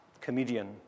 comedian